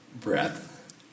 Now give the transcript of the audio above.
breath